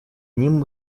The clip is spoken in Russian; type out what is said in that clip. ним